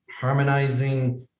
harmonizing